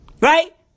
Right